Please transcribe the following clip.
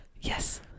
Yes